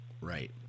right